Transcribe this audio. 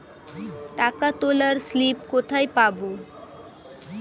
টাকা তোলার স্লিপ কোথায় পাব?